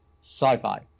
sci-fi